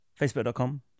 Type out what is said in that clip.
Facebook.com